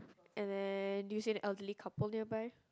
and then you said the elderly couple nearby